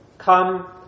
Come